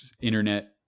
internet